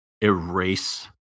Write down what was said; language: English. erase